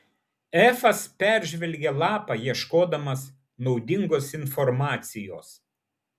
efas peržvelgė lapą ieškodamas naudingos informacijos